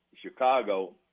Chicago